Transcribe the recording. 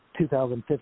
2015